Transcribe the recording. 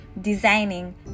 designing